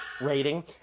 rating